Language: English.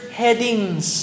headings